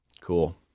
Cool